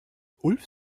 ulf